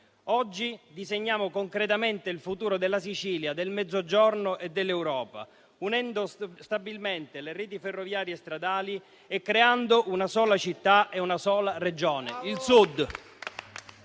Oggi disegniamo concretamente il futuro della Sicilia, del Mezzogiorno e dell'Europa, unendo stabilmente le reti ferroviarie e stradali e creando una sola città e una sola Regione: il Sud.